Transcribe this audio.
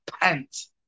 pants